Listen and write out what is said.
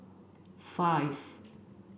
five